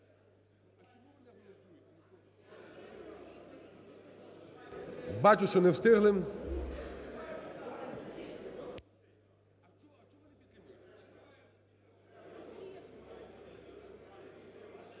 Бачу, що не встигли.